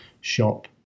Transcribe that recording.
shop